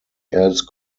else